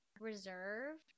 reserved